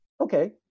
okay